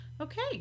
okay